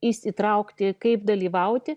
įsitraukti kaip dalyvauti